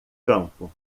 campo